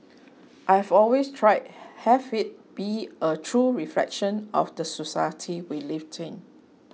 I've always tried have it be a true reflection of the society we live in